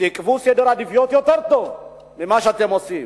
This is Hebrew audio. שיקבעו סדר עדיפויות יותר טוב ממה שאתם עושים.